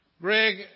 Greg